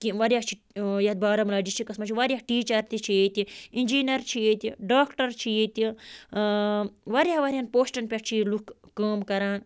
واریاہ چھِ یَتھ بارہمولہ ڈِسٹِرٛکَس منٛز چھِ واریاہ ٹیٖچَر تہِ چھِ ییٚتہِ اِنٛجیٖنَر چھِ ییٚتہِ ڈاکٹَر چھِ ییٚتہِ واریاہ واریاہَن پوسٹَن پٮ۪ٹھ چھِ ییٚتہِ لُکھ کٲم کَران